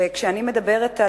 וכשאני מדברת,